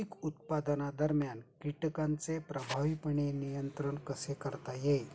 पीक उत्पादनादरम्यान कीटकांचे प्रभावीपणे नियंत्रण कसे करता येईल?